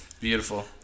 Beautiful